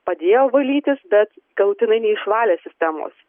padėjo valytis bet galutinai neišvalė sistemos